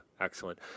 excellent